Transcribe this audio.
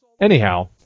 Anyhow